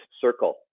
circle